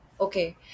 okay